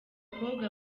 bakobwa